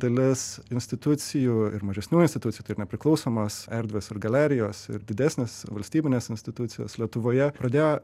dalis institucijų ir mažesnių institucijų nepriklausomos erdvės ir galerijos ir didesnės valstybinės institucijos lietuvoje pradėjo